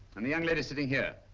and the young lady sitting here?